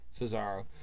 Cesaro